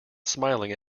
smiling